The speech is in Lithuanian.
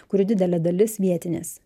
kurių didelė dalis vietinės